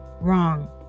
wrong